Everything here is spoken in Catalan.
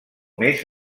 més